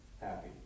happy